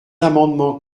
amendements